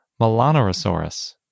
Melanorosaurus